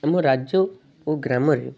ଆମ ରାଜ୍ୟ ଓ ଗ୍ରାମରେ